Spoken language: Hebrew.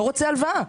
הוא לא רוצה הלוואה,